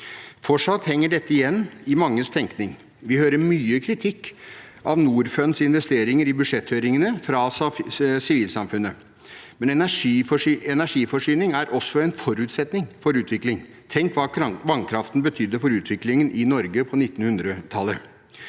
Fortsatt henger dette igjen i manges tenkning. Vi hører mye kritikk av Norfunds investeringer i budsjetthøringene fra sivilsamfunnet, men energiforsyning er også en forutsetning for utvikling. Tenk hva vannkraften betydde for utviklingen i Norge på 1900-tallet!